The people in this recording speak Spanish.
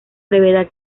brevedad